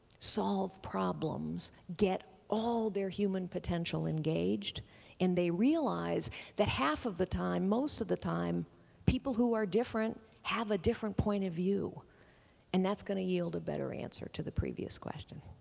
solve problems, get all their human potential engaged and they realize that half of the time, most of the time people who are different have a different point of view and that's going to yield a better answer to the previous question.